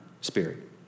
spirit